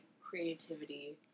creativity